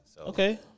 Okay